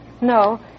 No